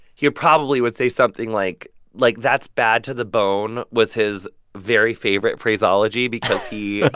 he probably would say something like like that's bad to the bone was his very favorite phraseology because he,